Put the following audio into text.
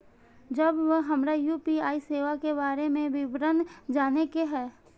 जब हमरा यू.पी.आई सेवा के बारे में विवरण जाने के हाय?